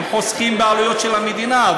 הם חוסכים בעלויות של המדינה.